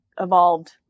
evolved